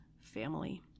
family